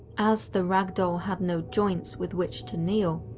as the rag doll had no joints with which to kneel,